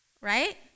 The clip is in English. Right